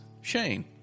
Shane